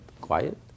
quiet